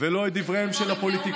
ולא את דבריהם של הפוליטיקאים,